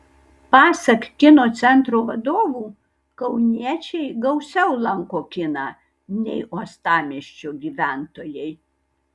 pasak kino centro vadovų kauniečiai gausiau lanko kiną nei uostamiesčio gyventojai